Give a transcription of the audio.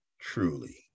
truly